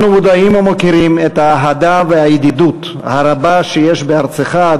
אנו מודעים ומוקירים את האהדה ואת הידידות הרבה שיש בארצך,